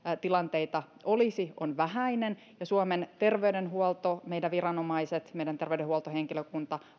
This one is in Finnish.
tilanteita olisi on vähäinen ja suomen terveydenhuolto meidän viranomaiset ja meidän terveydenhuoltohenkilökunta